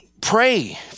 pray